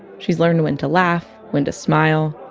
she's learned when to laugh, when to smile,